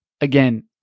again